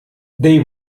they